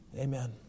Amen